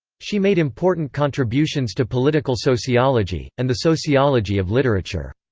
she made important contributions to political sociology, and the sociology of literature.